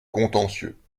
contentieux